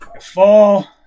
fall